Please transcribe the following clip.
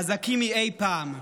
חזקים מאי פעם,